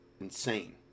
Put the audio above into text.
insane